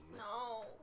No